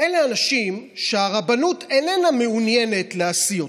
אלה אנשים שהרבנות איננה מעוניינת להשיא אותם.